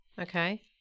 Okay